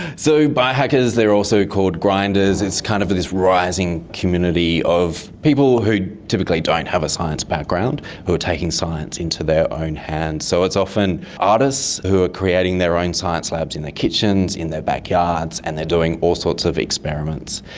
so biohackers, they are also called grinders, it's kind of of this rising community of people who who typically don't have a science background who are taking science into their own hands. so it's often artists who are creating their own science labs in their kitchens, in their backyards, and they are doing all sorts of experiments.